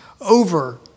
over